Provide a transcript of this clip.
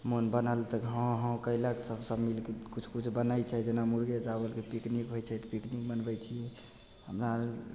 मोन बनल तऽ हँ हँ कएलक सभ मिलिके किछु किछु बनै छै जेना मुरगे चावलके पिकनिक होइ छै तऽ पिकनिक मनबै छिए हमरा